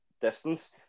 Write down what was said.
distance